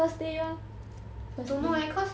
I don't know leh cause